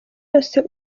wese